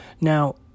Now